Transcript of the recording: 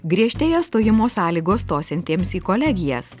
griežtėja stojimo sąlygos stosiantiems į kolegijas